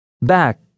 back